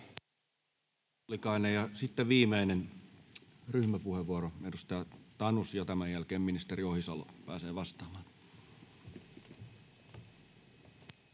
Sitten viimeinen ryhmäpuheenvuoro, edustaja Tanus, ja tämän jälkeen ministeri Ohisalo pääsee vastaamaan.